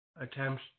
attempts